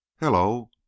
Hello